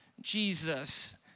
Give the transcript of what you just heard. Jesus